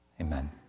Amen